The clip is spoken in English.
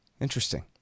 Interesting